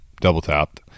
double-tapped